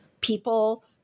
people